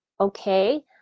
okay